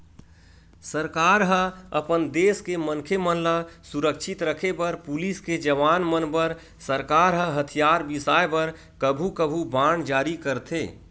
सरकार ह अपन देस के मनखे मन ल सुरक्छित रखे बर पुलिस के जवान मन बर सरकार ह हथियार बिसाय बर कभू कभू बांड जारी करथे